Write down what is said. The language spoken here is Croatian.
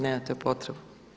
Nemate potrebu?